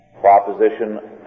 Proposition